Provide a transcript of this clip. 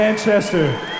Manchester